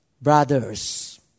Brothers